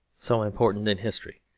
so important in history,